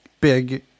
big